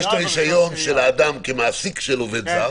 יש רישיון של האדם כמעסיק של עובד זר,